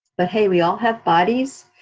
but hey, we all have bodies,